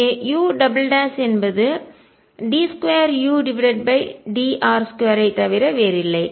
இங்கே u என்பது d2udr2 ஐத் தவிர வேறில்லை